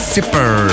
Zipper